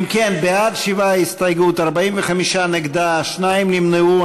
אם כן, בעד ההסתייגות 7, 45 נגדה, שניים נמנעו.